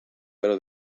pero